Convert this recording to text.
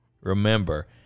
remember